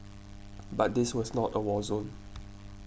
but this was not a war zone